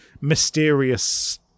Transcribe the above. mysterious